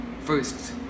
first